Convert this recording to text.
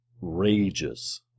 rages